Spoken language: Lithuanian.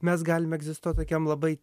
mes galime egzistuoti tokiam labai